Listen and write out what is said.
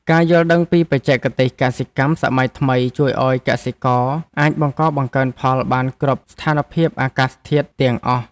ការយល់ដឹងពីបច្ចេកទេសកសិកម្មសម័យថ្មីជួយឱ្យកសិករអាចបង្កបង្កើនផលបានក្នុងគ្រប់ស្ថានភាពអាកាសធាតុទាំងអស់។